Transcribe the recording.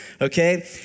okay